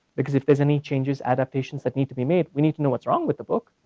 because if there's any changes, adaptations that need to be mad, we need to know what's wrong with the book.